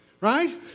right